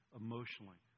emotionally